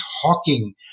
hawking